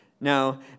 Now